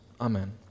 Amen